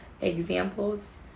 examples